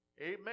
Amen